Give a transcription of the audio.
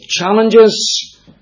challenges